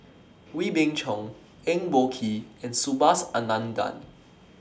Wee Beng Chong Eng Boh Kee and Subhas Anandan